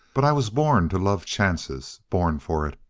but i was born to love chances. born for it!